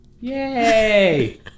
Yay